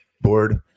board